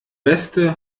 beste